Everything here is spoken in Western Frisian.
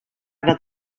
dat